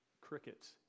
crickets